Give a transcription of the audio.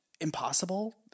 impossible